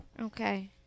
okay